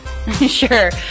Sure